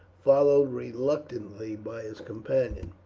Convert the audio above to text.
followed reluctantly by his companion.